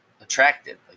attracted